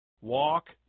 walk